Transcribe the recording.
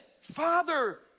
Father